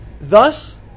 Thus